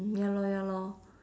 ya lor ya lor